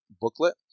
booklet